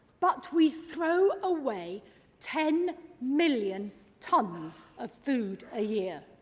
but we throw away ten million tons of food a year.